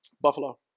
Buffalo